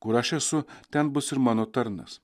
kur aš esu ten bus ir mano tarnas